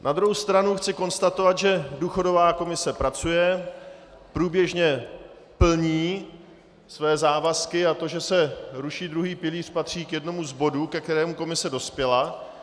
Na druhou stranu chci konstatovat, že důchodová komise pracuje, průběžně plní své závazky a to, že se ruší druhý pilíř, patří k jednomu z bodů, ke kterému komise dospěla.